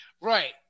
Right